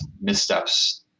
missteps